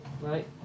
right